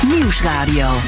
Nieuwsradio